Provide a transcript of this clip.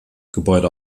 gebäude